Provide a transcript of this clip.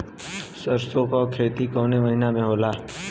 सरसों का खेती कवने महीना में होला?